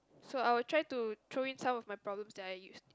so I will try to throw in some of my problem that I use